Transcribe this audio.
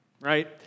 right